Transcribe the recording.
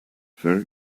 fair